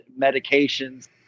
medications